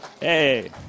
Hey